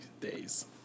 days